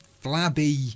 flabby